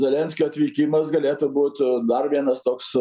zelenskio atvykimas galėtų būt dar vienas toks